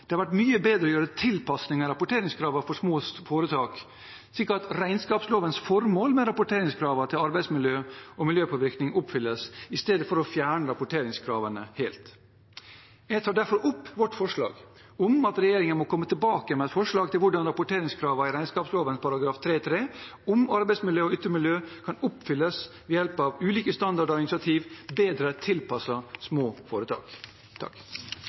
Det hadde vært mye bedre å gjøre tilpasning av rapporteringskravene for små foretak, slik at regnskapslovens formål med rapporteringskravene til arbeidsmiljø og miljøpåvirkning oppfylles, istedenfor at man fjerner rapporteringskravene helt. Jeg tar derfor opp vårt forslag om at regjeringen må komme tilbake med forslag til hvordan rapporteringskravene i regnskapsloven § 3-3 om arbeidsmiljø og ytre miljø kan oppfylles ved hjelp av ulike standarder og initiativ bedre tilpasset små foretak.